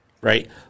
right